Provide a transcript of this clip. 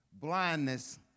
blindness